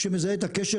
שמזהה את הקשר,